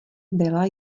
byla